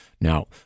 Now